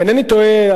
אם אינני טועה,